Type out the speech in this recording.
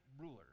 ruler